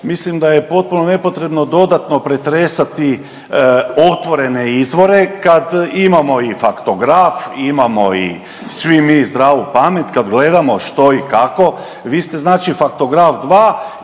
Mislim da je potpuno nepotrebno dodatno pretresati otvorene izvore kad imamo i faktograf, imamo i svi mi zdravu pamet kad gledamo što i kako. Vi ste znači faktograf